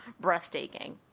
breathtaking